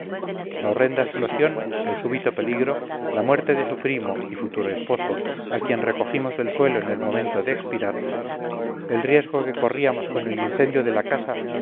la horrenda explosión el súbito peligro la muerte de su primo y futuro esposo a quien recogimos del suelo en el momento de expirar el riesgo que corríamos con el incendio de la casa